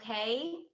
okay